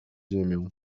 ziemię